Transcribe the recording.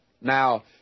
Now